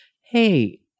hey